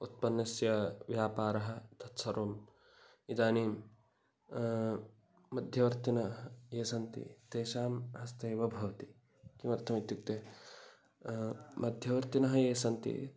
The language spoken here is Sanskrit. उत्पन्नस्य व्यापारः तत्सर्वम् इदानीं मध्यवर्तिनः ये सन्ति तेषां हस्तेव भवति किमर्थम् इत्युक्ते मध्यवर्तिनः ये सन्ति